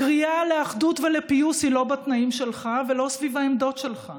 קריאה לאחדות ולפיוס היא לא בתנאים שלך ולא סביב העמדות שלך.